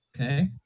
Okay